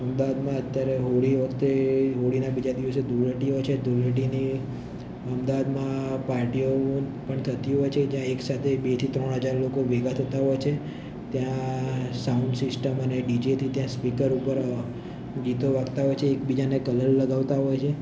અમદાવાદમાં અત્યારે હોળી વખતે હોળીના બીજા દિવસે ધુળેટી હોય છે ધુળેટીની અમદાવાદમાં પાર્ટીઓ પણ થતી હોય છે જ્યાં એક સાથે બે થી ત્રણ હજાર લોકો ભેગા થતા હોય છે ત્યાં સાઉન્ડ સિસ્ટમ અને ડીજેથી ત્યાં સ્પીકર ઉપર ગીતો વાગતાં હોય છે એકબીજાને કલર લગાવતા હોય છે